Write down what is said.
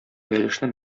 бәлешне